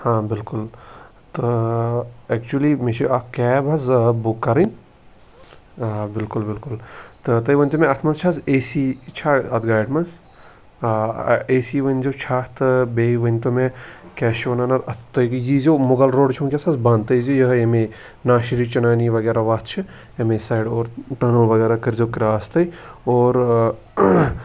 ہاں بِلکُل تہٕ ایکچُؤلی مےٚ چھُ اَکھ کیب حظ بُک کَرٕنۍ آ بِلکُل بِلکُل تہٕ تُہۍ ؤنۍتَو مےٚ اَتھ منٛز چھِ حَظ ایٚے سِی چھا اَتھ گاڑِ منٛز آ ایٚے سِی ؤنۍزیٚو چھا اَتھ تہٕ بیٚیہِ ؤنۍتَو مےٚ کیٛاہ چھِ وَنان اَتھ تُہۍ ییٖزیٚو مۅغُل روڈ چھُ حظ وُنکؠس بَنٛد تُہۍ ییٖزیٚو یوٚہَے ییٚمَے ناشری چِنانی وغیرَہ وَتھ چھِ ایٚمِے سایِڈٕ ٹَنل وغیرَہ کٔرۍزیٚو کرٛاس تُہۍ اور